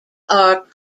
are